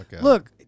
look